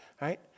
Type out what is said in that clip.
right